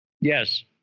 Yes